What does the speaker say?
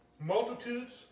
multitudes